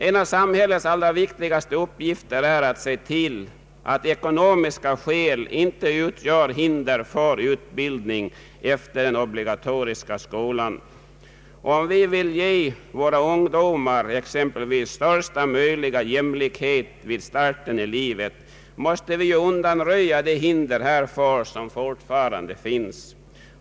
En av samhällets allra viktigaste uppgifter är att se till att ekonomiska skäl inte får utgöra hinder för utbildning efter den obligatoriska skolan. Vill vi ge ungdomar största möjliga jämlikhet vid starten i livet måste vi undanröja de hinder som fortfarande finns.